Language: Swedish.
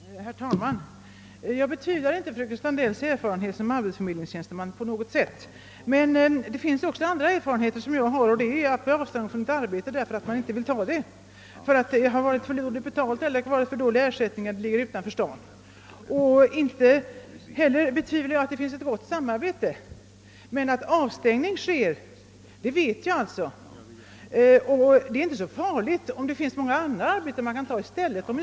Herr talman! Jag betvivlar inte på något sätt fröken Sandells erfarenhet som arbetsförmedlingstjänsteman. Men det finns också andra erfarenheter, som jag har gjort, nämligen att bli avstängd därför att man inte ansåg sig kunna ta det arbete som anvisats då arbetsplatsen legat för långt från bostaden och ersättningen varit för dålig. Jag tvivlar inte heller på att samarbetet är gott mellan arbetsförmedlingens tjänstemän och arbetslöshetskassan, men jag vet att avstängning trots detta förekommer. Det är inte så farligt om det finns många arbeten att välja på.